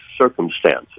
circumstances